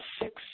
six